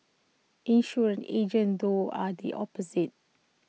insurance agents though are the opposite